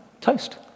toast